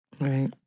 Right